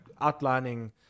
outlining